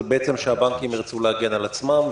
זה בעצם שהבנקים ירצו להגן על עצמם,